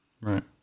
Right